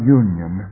union